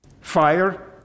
Fire